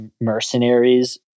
mercenaries